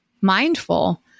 mindful